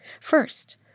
First